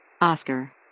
Oscar